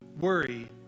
worry